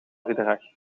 gedrag